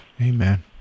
Amen